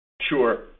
Sure